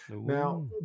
Now